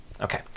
Okay